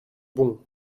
bon